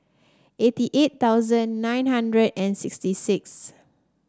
eighty eight thousand nine hundred and sixty six